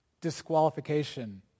disqualification